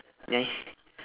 yang